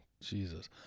Jesus